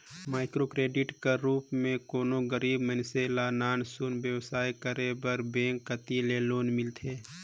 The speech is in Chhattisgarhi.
माइक्रो क्रेडिट कर रूप में कोनो गरीब मइनसे ल नान सुन बेवसाय करे बर बेंक कती ले लोन मिलथे